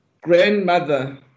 grandmother